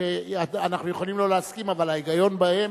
שאנחנו יכולים לא להסכים, אבל ההיגיון בהם,